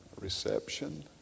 reception